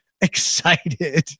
excited